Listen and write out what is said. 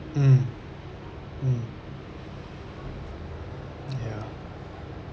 mm mm ya